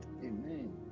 Amen